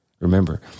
Remember